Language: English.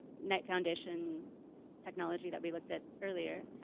night foundation technology that we looked at earlier.